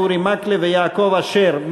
אורי מקלב ויעקב אשר.